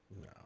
No